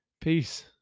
Peace